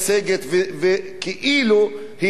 וכאילו היא משקיעה.